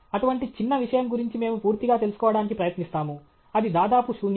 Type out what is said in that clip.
అటువంటి చిన్న విషయం గురించి మేము పూర్తిగా తెలుసుకోవడానికి ప్రయత్నిస్తాము అది దాదాపు శూన్యం